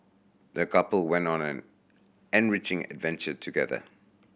the couple went on an enriching adventure together